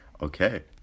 Okay